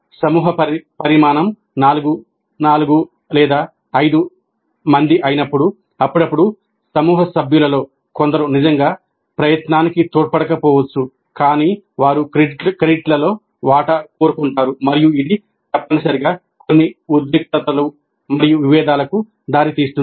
సమూహ పరిమాణం 4 లేదా 5 వంటిది అయినప్పుడు అప్పుడప్పుడు సమూహ సభ్యులలో కొందరు నిజంగా ప్రయత్నానికి తోడ్పడకపోవచ్చు కాని వారు క్రెడిట్లో వాటా కోరుకుంటారు మరియు ఇది తప్పనిసరిగా కొన్ని ఉద్రిక్తతలు మరియు విభేదాలకు దారితీస్తుంది